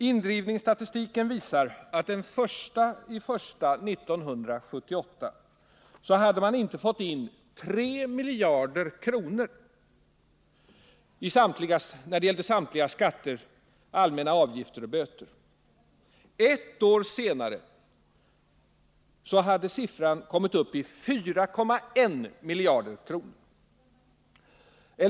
Statistiken över indrivningar visar att man den 1 januari 1978 hade fått in 3 miljarder kronor för litet när det gäller samtliga skatter, allmänna avgifter och böter. Ett år senare hade siffran stigit till 4,1 miljarder kronor.